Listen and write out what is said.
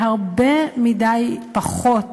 והרבה פחות